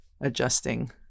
adjusting